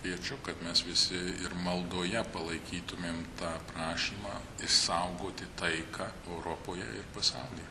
kviečiu kad mes visi ir maldoje palaikytumėm tą prašymą išsaugoti taiką europoje ir pasaulyje